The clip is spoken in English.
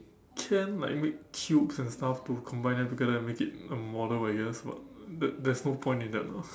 can like make cubes and stuff to combine them together and make it a model I guess but there's there's no point in that ah